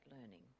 learning